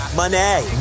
money